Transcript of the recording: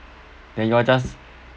then you are just